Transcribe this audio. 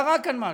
קרה כאן משהו.